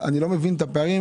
אני לא מבין את הפערים.